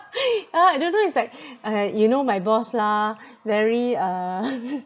uh I don't know it's like uh you know my boss lah very uh